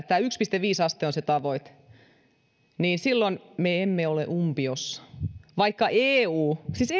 tämä yksi pilkku viisi astetta on se tavoite niin silloin me emme ole umpiossa vaikka eun siis